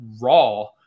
raw